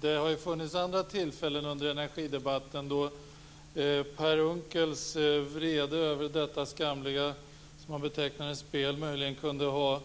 Det har funnits andra tillfällen i energidebatten då Per Unckels vrede över detta - som han betecknar det - skamliga spel möjligen kunde ha